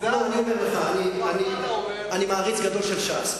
אני מעריץ גדול של ש"ס,